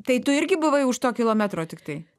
tai tu irgi buvai už to kilometro tiktai